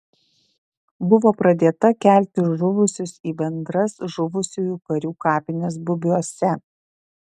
buvo pradėta kelti žuvusius į bendras žuvusiųjų karių kapines bubiuose